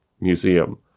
Museum